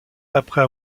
après